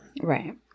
right